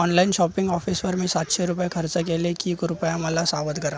online shopping ऑफिसवर मी सातशे रुपये खर्च केले की कृपया मला सावध करा